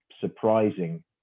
surprising